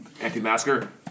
Anti-masker